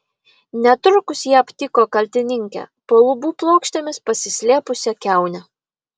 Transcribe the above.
netrukus jie aptiko kaltininkę po lubų plokštėmis pasislėpusią kiaunę